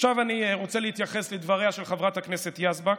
עכשיו אני רוצה להתייחס לדבריה של חברת הכנסת יזבק.